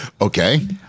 Okay